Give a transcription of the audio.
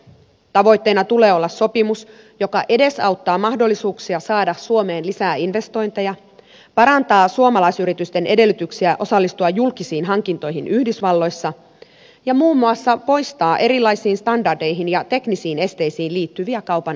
tavoitteena tulee olla sopimus joka edesauttaa mahdollisuuksia saada suomeen lisää investointeja parantaa suomalaisyritysten edellytyksiä osallistua julkisiin hankintoihin yhdysvalloissa ja muun muassa poistaa erilaisiin standardeihin ja teknisiin esteisiin liittyviä kaupan esteitä